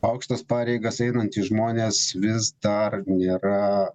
aukštas pareigas einantys žmonės vis dar nėra